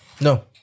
No